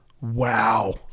Wow